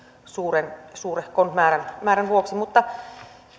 suurehkon määrän määrän vuoksi